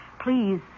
Please